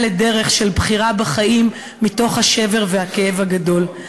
לדרך של בחירה בחיים מתוך השבר והכאב הגדול.